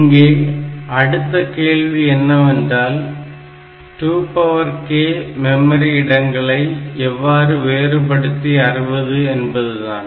இங்கே அடுத்த கேள்வி என்னவென்றால் 2k மெமரி இடங்களை எவ்வாறு வேறுபடுத்தி அறிவது என்பதுதான்